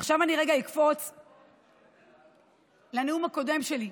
ועכשיו אני אקפוץ רגע לנאום הקודם שלי.